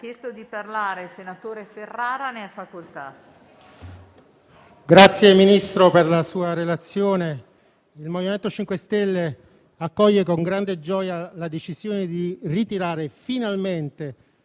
ringrazio anzitutto per la sua relazione. Il MoVimento 5 Stelle accoglie con grande gioia la decisione di ritirare finalmente